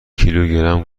کیلوگرم